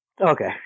Okay